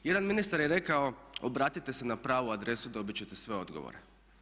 Jedan ministar je rekao obratite se na pravu adresu i dobit ćete sve odgovore.